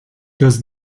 does